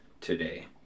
today